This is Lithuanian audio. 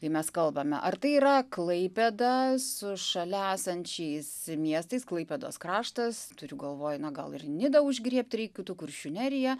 kai mes kalbame ar tai yra klaipėda su šalia esančiais miestais klaipėdos kraštas turiu galvoj na gal ir nidą užgriebt reiktų kuršių neriją